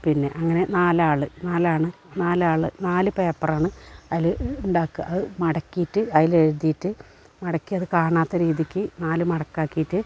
പിന്നെ അങ്ങനെ നാലാൾ നാലാണ് നാലാൾ നാലു പേപ്പറാണ് അതിൽ ഉണ്ടാക്കുക അതു മടക്കിയിട്ട് അതിലെഴുതിയിട്ട് മടക്കി അതു കാണാത്ത രീതിക്ക് നാലു മടക്കാക്കിയിട്ട്